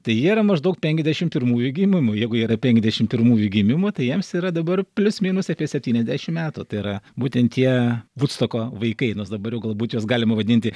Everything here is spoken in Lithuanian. tai jie yra maždaug penkiasdešimt pirmųjų gimimo jeigu yra penkiasdešimt pirmųjų gimimo tai jiems yra dabar plius minus apie septyniasdešimt metų tai yra būtent tie vudstoko vaikai nors dabar jau galbūt juos galima vadinti